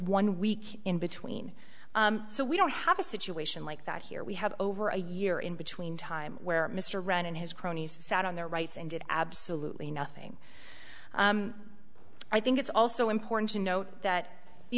one week in between so we don't have a situation like that here we have over a year in between time where mr wrenn and his cronies sat on their rights and did absolutely nothing i think it's also important to note that the